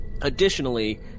Additionally